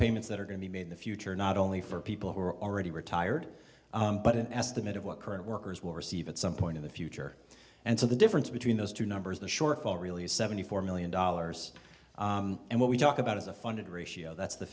payments that are going to be in the future not only for people who are already retired but an estimate of what current workers will receive at some point in the future and so the difference between those two numbers the shortfall really is seventy four million dollars and what we talk about is a funded ratio that's the